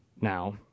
Now